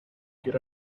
get